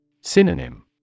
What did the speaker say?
Synonym